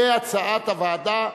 כהצעת הוועדה.